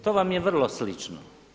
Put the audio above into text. To vam je vrlo slično.